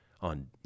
on